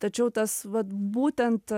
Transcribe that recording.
tačiau tas vat būtent